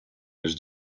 els